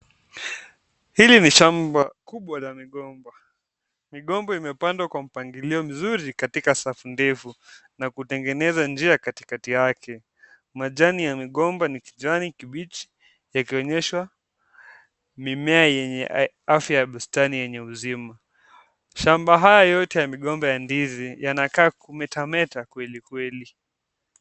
Hili ni shamba kubwa la migomba. Migomba imepandwa kwa mpangilio mzuri katika safu ndefu na kutengeneza njia katikati yake. Majani ya migomba ni kijani kibichi yakionyesha mimea yenye afya ya bustani yenye uzima. Shamba haya yote ya migomba ya ndizi yanakaa kumetameta kweli kweli.